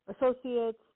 associates